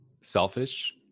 selfish